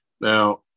Now